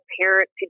parents